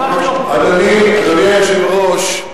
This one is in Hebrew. אדוני היושב-ראש,